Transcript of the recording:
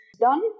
done